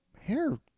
hair